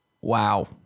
Wow